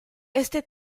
este